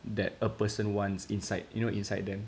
that a person wants inside you know inside them